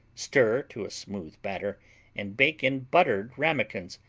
stir to a smooth batter and bake in buttered ramekins,